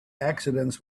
accidents